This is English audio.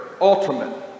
ultimate